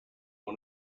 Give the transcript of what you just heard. one